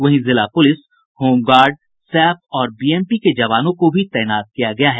वहीं जिला police home guard SAP और बीएमपी के जवानों को भी तैनात किया गया है